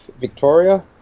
Victoria